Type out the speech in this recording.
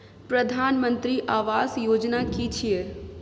प्रधानमंत्री आवास योजना कि छिए?